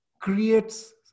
creates